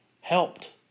helped